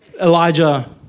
Elijah